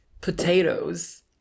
potatoes